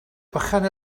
bychan